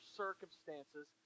circumstances